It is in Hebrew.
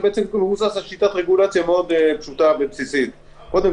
זה הדפוס שחוזר על עצמו - שום